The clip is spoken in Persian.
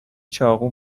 چاقو